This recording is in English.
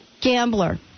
Gambler